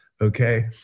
Okay